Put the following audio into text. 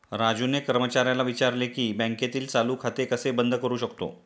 राजूने कर्मचाऱ्याला विचारले की बँकेतील चालू खाते कसे बंद करू शकतो?